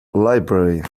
library